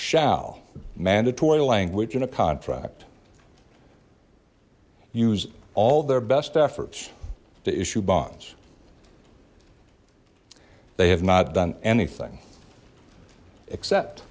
shall mandatory language in a contract use all their best efforts to issue bonds they have not done anything except